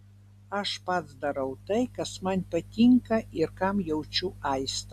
aš pats darau tai kas man patinka ir kam jaučiu aistrą